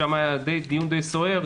שם היה דיון די סוער,